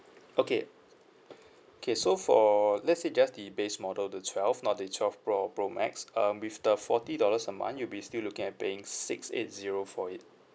okay K so for let's say just the base model the twelve not the twelve pro or pro max um with the forty dollars a month you be still looking at paying six eight zero for it